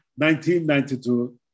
1992